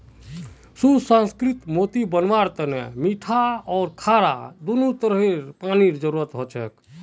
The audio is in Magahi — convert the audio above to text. सुसंस्कृत मोती बनव्वार तने मीठा आर खारा दोनों तरह कार पानीर जरुरत हछेक